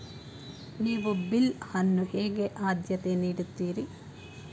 ನೀವು ಬಿಲ್ ಅನ್ನು ಹೇಗೆ ಆದ್ಯತೆ ನೀಡುತ್ತೀರಿ?